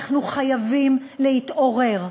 אנחנו חייבים להתעורר.